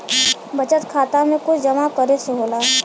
बचत खाता मे कुछ जमा करे से होला?